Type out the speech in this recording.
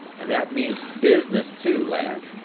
and that means business too, lad,